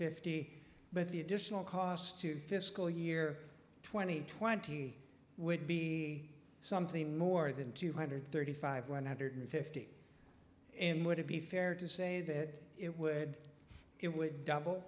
fifty but the additional cost to fiscal year twenty twenty would be something more than two hundred thirty five one hundred fifty and would it be fair to say that it would it would double